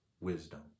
wisdom